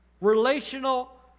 Relational